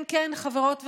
כן, כן, חברות וחברים,